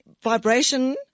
vibration